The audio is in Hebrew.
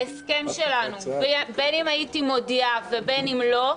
ההסכם שלנו, בין אם הייתי מודיעה ובין אם לא,